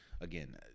Again